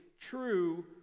true